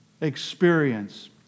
experience